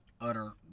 utter